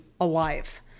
alive